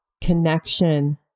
connection